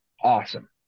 awesome